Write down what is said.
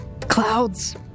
Clouds